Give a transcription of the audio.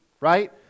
right